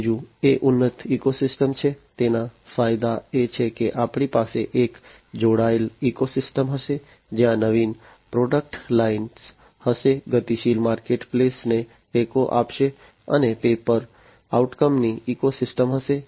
ત્રીજું એ ઉન્નત ઇકોસિસ્ટમ છે તેના ફાયદા એ છે કે આપણી પાસે એક જોડાયેલ ઇકોસિસ્ટમ હશે જ્યાં નવીન પ્રોડક્ટ લાઇન હશે ગતિશીલ માર્કેટપ્લેસને ટેકો આપશે અને પે પર આઉટકમની ઇકોસિસ્ટમ હશે